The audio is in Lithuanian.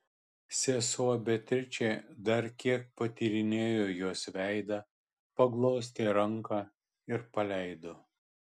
sesuo beatričė dar kiek patyrinėjo jos veidą paglostė ranką ir paleido